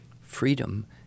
freedom